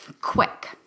quick